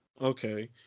Okay